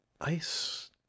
ice